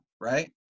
right